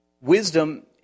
Wisdom